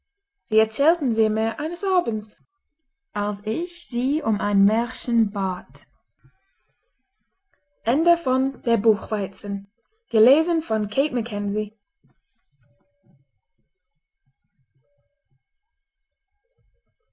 erzählten sie mir eines abends als ich sie um ein märchen bat